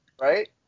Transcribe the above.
Right